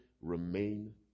remain